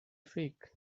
fake